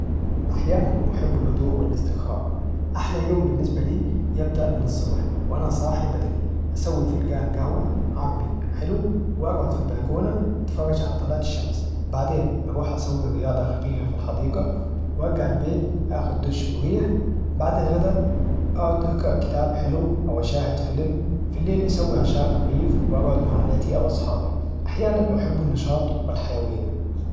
أحياناً أحب الهدوء والاسترخاء، أحلى يوم بالنسبة لي يبدأ من الصبح وأنا صاحي بدري أسوي فينقان جهوة عربي حلو وأقعد في البلكونة أتفرج على طلعت الشمس، بعدين أروح أسوي رياضة خفيفة في الحديقة وارجع البيت آخد دوش مريح، بعد الغداء أقعد اقرأ كتاب حلو أو أشاهد فيلم، في الليل أسوي عشاء خفيف وأقعد مع أهلي أو أصحابي أحياناً أحب النشاط والحيوية.